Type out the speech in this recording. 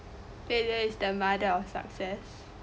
failure is the mother of success